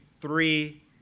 three